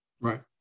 right